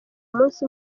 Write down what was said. munsi